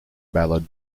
ballad